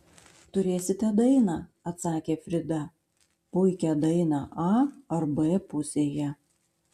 turėsite dainą atsakė frida puikią dainą a ar b pusėje